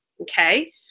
okay